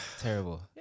terrible